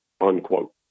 unquote